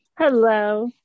Hello